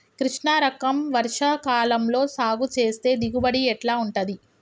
కృష్ణ రకం వర్ష కాలం లో సాగు చేస్తే దిగుబడి ఎట్లా ఉంటది?